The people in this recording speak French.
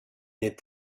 n’est